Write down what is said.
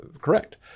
correct